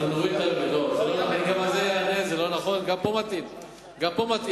זה לא נכון, גם פה מטעים אותך.